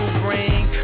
bring